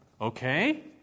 Okay